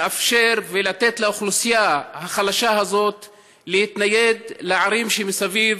לאפשר ולתת לאוכלוסייה החלשה הזאת להתנייד לערים שמסביב,